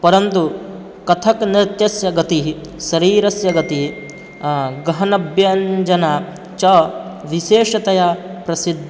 परन्तु कथक् नृत्यस्य गतिः शरीरस्य गतिः गहनव्यञ्जना च विशेषतया प्रसि